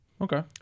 Okay